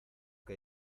que